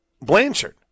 Blanchard